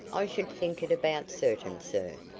i should think it about certain, sir.